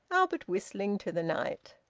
albert whistling to the night.